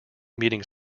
meeting